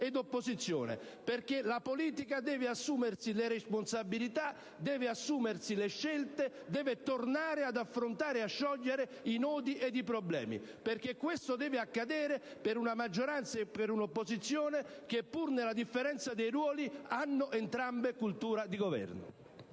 e opposizione, perché la politica deve assumersi le responsabilità delle scelte, deve tornare ad affrontare e a sciogliere i nodi e i problemi. Questo deve accadere per la maggioranza e per l'opposizione che, sia pure nella differenza dei ruoli, hanno entrambe cultura di governo.